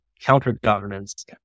counter-governance